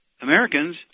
Americans